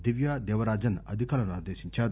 దివ్యా దేవరాజన్ అధికారులను ఆదేశించారు